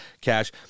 Cash